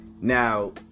Now